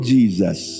Jesus